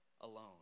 alone